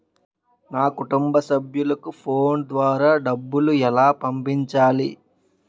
నా కుటుంబ సభ్యులకు ఫోన్ ద్వారా డబ్బులు ఎలా పంపించాలి?